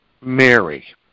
Mary